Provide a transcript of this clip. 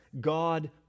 God